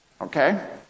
Okay